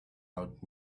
out